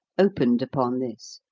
opened upon this.